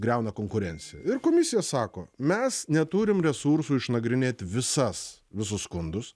griauna konkurenciją ir komisija sako mes neturim resursų išnagrinėt visas visus skundus